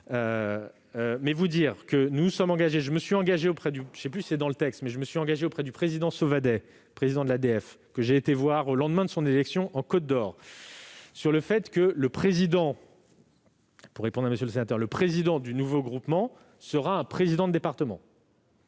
dans les avis que je donnerai. Je me suis engagé auprès de M. Sauvadet, président de l'ADF, que je suis allé voir au lendemain de son élection en Côte-d'Or, sur le fait que le président du nouveau groupement sera un président de département.